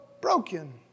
broken